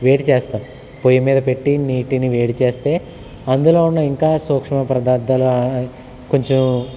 వేడి చేస్తాం పొయ్యి మీద పెట్టి నీటిని వేడి చేస్తే అందులో ఉన్న ఇంకా సూక్ష్మ పదార్థాలు కొంచెం